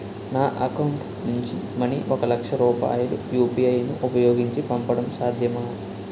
నా అకౌంట్ నుంచి మనీ ఒక లక్ష రూపాయలు యు.పి.ఐ ను ఉపయోగించి పంపడం సాధ్యమా?